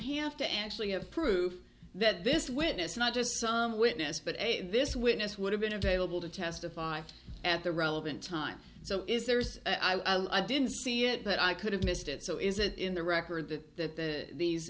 have to actually have proof that this witness not just some witness but this witness would have been available to testify at the relevant time so is theirs i didn't see it but i could have missed it so is it in the record that th